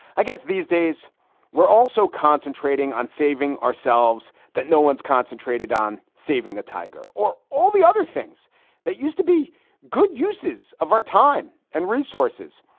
i guess these days we're also concentrating on saving ourselves that no one's concentrated on saving the tiger or all the other things that used to be good uses of our time and resources.